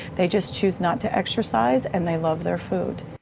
they just choose not to exercise and they love their food.